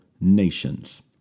nations